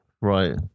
right